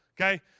okay